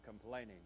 complaining